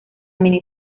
mini